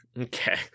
Okay